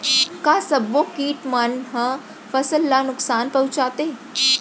का सब्बो किट मन ह फसल ला नुकसान पहुंचाथे?